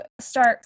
start